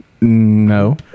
No